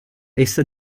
essa